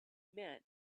met